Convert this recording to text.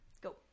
Go